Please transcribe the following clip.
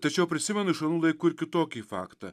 tačiau prisimenu iš anų laikų ir kitokį faktą